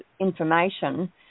information